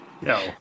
No